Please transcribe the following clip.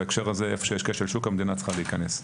בהקשר הזה, איפה שיש כשל שוק המדינה צריכה להיכנס.